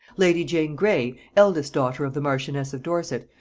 lady jane grey, eldest daughter of the marchioness of dorset,